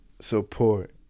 support